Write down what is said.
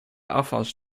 afwas